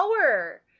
power